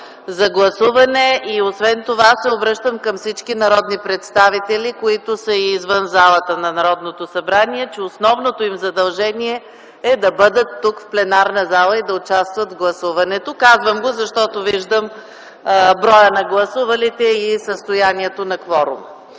за гласуване като се обръщам и към всички народни представители, които са извън залата на Народното събрание, за да кажа, че основното ни задължение е да бъдем в пленарната зала и да участваме в гласуването. Казвам го, защото виждам броя на гласувалите, както и състоянието на кворума.